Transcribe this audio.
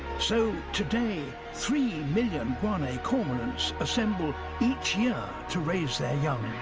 so today, three million guanay cormorants assemble each year to raise their young.